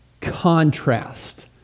contrast